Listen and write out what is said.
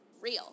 real